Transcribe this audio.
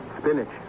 Spinach